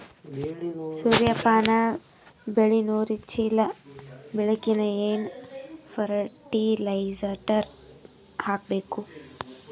ಸೂರ್ಯಪಾನ ಬೆಳಿ ನೂರು ಚೀಳ ಬೆಳೆಲಿಕ ಏನ ಫರಟಿಲೈಜರ ಹಾಕಬೇಕು?